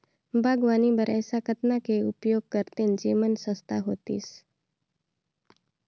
बागवानी बर ऐसा कतना के उपयोग करतेन जेमन सस्ता होतीस?